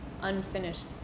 unfinished